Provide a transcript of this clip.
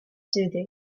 soothing